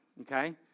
okay